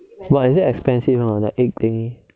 but is it expensive or not the egg thingy